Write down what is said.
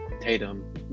Tatum